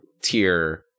tier